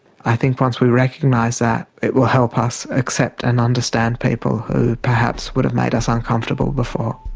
i think once we recognise that, it will help us accept and understand people who perhaps would have made us uncomfortable before.